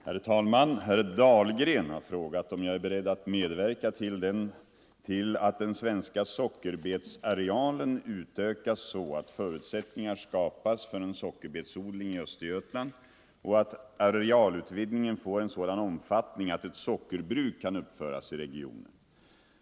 Herr talman! Herr Dahlgren har frågat om jag är beredd att medverka till att den svenska sockerbetsarealen utökas så att förutsättningar skapas för en sockerbetsodling i Östergötland och att arealutvidgningen får en sådan omfattning att ett sockerbruk kan uppföras i regionen.